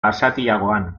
basatiagoan